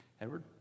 Edward